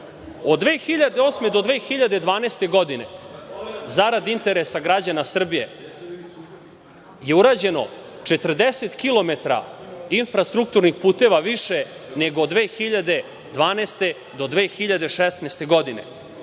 2008. do 2012. godine, zarad interesa građana Srbije, je urađeno 40 kilometara infrastrukturnih puteva više, nego od 2012. do 2016. godine.